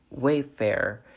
Wayfair